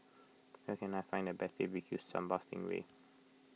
where can I find the best B B Q Sambal Sting Ray